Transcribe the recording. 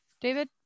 David